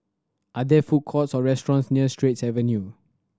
are there food courts or restaurants near Straits View